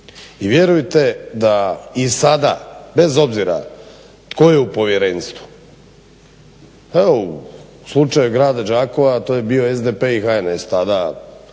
I vjerujte da i sada bez obzira tko je u povjerenstvu, evo u slučaju grada Đakova to je bio SDP i HNS tada